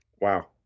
Wow